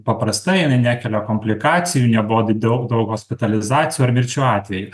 paprasta jinai nekelia komplikacijų nebuvo daug daug hospitalizacijų ar mirčių atvejų